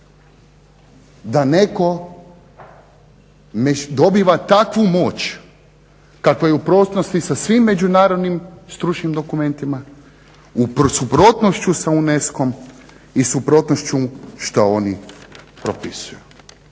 da netko dobiva takvu moć kakva je u suprotnosti sa svim međunarodnim stručnim dokumentima, u suprotnošću sa UNESCO-m i suprotnošću šta oni propisuju.